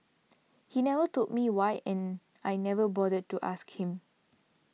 he never told me why and I never bothered to ask him